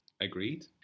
agreed